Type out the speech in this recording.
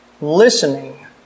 listening